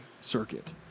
circuit